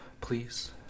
Please